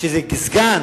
כשזה סגן